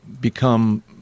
become